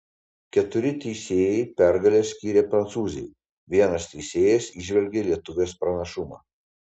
keturi teisėjai pergalę skyrė prancūzei vienas teisėjas įžvelgė lietuvės pranašumą